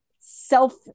self